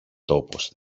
τόπος